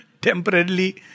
Temporarily